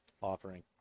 offering